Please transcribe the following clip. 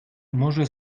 może